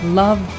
love